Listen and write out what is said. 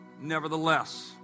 nevertheless